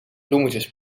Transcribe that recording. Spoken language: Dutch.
bloemetjes